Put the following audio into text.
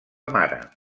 mare